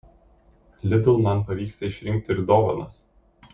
lidl man pavyksta išrinkti ir dovanas